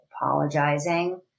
apologizing